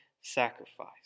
sacrifice